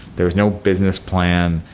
there's no business plan.